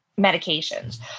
medications